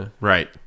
Right